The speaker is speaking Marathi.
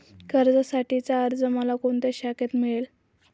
कर्जासाठीचा अर्ज मला कोणत्या शाखेत मिळेल?